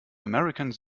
americans